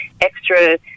extra